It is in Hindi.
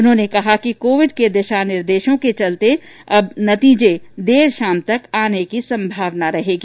उन्होंने कहा कि कोविड के दिशा निर्देशों के चलते अब देर शाम तक नतीजे आने की संभावना रहेगी